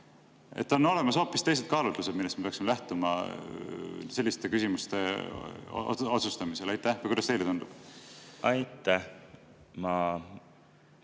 On olemas hoopis teised kaalutlused, millest me peaksime lähtuma selliste küsimuste otsustamisel. Või kuidas teile tundub? Aitäh!